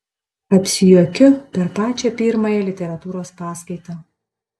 apsijuokiu per pačią pirmąją literatūros paskaitą